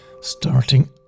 starting